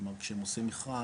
כלומר שהם עושים מכרז.